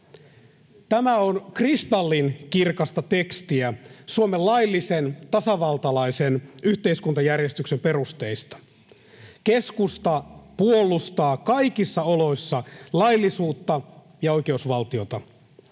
Tämä on kristallinkirkasta tekstiä Suomen laillisen tasavaltalaisen yhteiskuntajärjestyksen perusteista. Keskusta puolustaa kaikissa oloissa laillisuutta ja oikeusvaltiota.